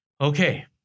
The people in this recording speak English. Okay